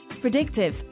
Predictive